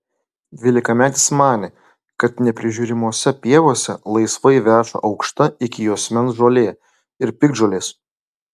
dvylikametis manė kad neprižiūrimose pievose laisvai veša aukšta iki juosmens žolė ir piktžolės